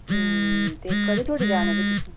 अम्मऽ ते कदूं तोड़ी जाना भी तु'सें